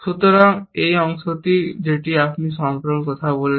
সুতরাং এই অংশটি যেটি সম্পর্কে আপনি কথা বলছেন